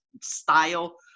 style